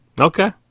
Okay